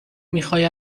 میخای